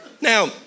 Now